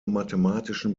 mathematischen